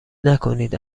نکنید